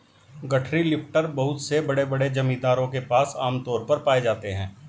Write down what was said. गठरी लिफ्टर बहुत से बड़े बड़े जमींदारों के पास आम तौर पर पाए जाते है